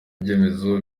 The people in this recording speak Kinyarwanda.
ibyemezo